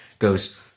goes